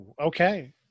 Okay